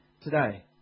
today